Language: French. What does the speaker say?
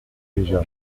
déjà